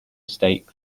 stake